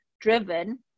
driven